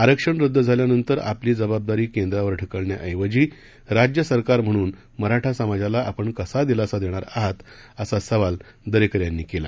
आरक्षण रद्द झाल्यानंतर आपली जबाबदारी केंद्रावर ढकलण्याऐवजी राज्यसरकार म्हणून मराठा समाजाला आपण कसा दिलासा देणार आहात असा सवाल दरेकर यांनी केला